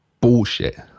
bullshit